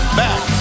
back